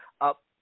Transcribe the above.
up